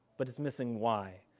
but its missing why.